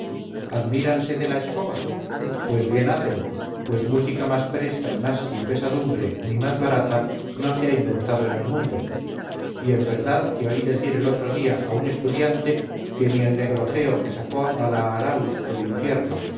admíranse de la escoba pues bien hacen pues música más presta y más sin pesadumbre ni más barata no se ha inventado en el mundo y en verdad que oí decir el otro día a un estudiante que ni el negrofeo que sacó a la arauz del infierno